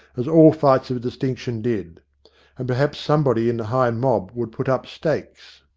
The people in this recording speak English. as all fights of distinction did and perhaps somebody in the high mob would put up stakes.